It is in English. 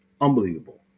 Unbelievable